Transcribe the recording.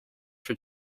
for